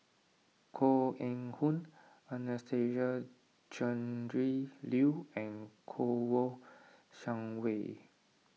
Koh Eng Hoon Anastasia Tjendri Liew and Kouo Shang Wei